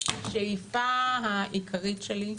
שאיפה העיקרית שלי,